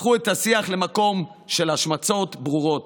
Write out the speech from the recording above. הפכו את השיח למקום של השמצות ברורות.